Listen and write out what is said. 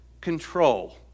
control